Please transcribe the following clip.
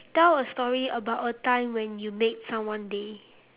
tell a story about a time when you made someone day